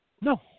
No